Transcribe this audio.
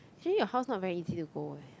actually your house not very easy to go eh